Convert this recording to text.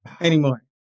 anymore